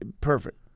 perfect